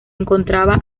encontraba